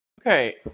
Okay